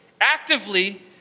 actively